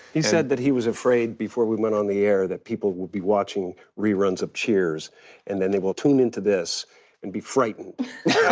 he said that he was afraid before we went on the air that people would be watching reruns of cheers and then they will tune into this and be frightened.